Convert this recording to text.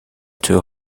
too